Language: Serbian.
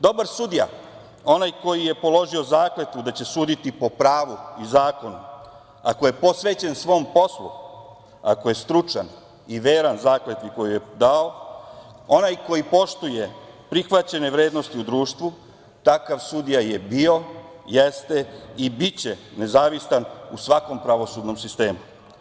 Dobar sudija, onaj koji je položio zakletvu da će suditi po pravu i zakonu, a koji je posvećen svom poslu, ako je stručan i veran zakletvi koju je dao, onaj koji poštuje prihvaćene vrednosti u društvu, takav sudija je bio, jeste i biće nezavistan u svakom pravosudnom sistemu.